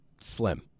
slim